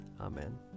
Amen